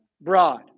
broad